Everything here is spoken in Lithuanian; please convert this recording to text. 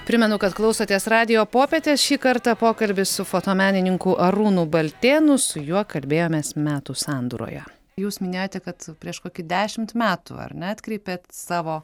primenu kad klausotės radijo popietės šį kartą pokalbis su fotomenininku arūnu baltėnu su juo kalbėjomės metų sandūroje jūs minėjote kad prieš kokį dešimt metų ar ne atkreipėt savo